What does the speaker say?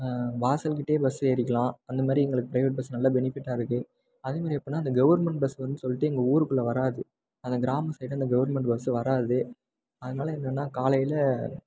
வாசல்கிட்டே bus ஏறிக்கலாம் அந்தமாதிரி எங்களுக்கு பிரைவேட் பஸ் நல்ல பெனிபிட்டாக இருக்குது அதுமாதிரி எப்படினா இந்த கவர்மெண்ட் பஸ் வந்து சொல்லிட்டு எங்கள் ஊருக்குள்ளே வராது அந்த கிராம சைடு அந்த கவர்மெண்ட் பஸ் வராது அதனால என்னெனா காலையில்